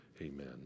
Amen